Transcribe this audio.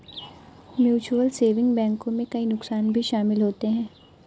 mutual saving bank में कई नुकसान भी शमिल होते है